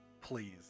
please